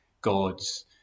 God's